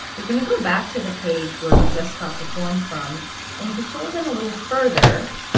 you're going to go back to the page where we just got the form from, and if you scroll down a little further